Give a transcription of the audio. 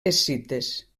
escites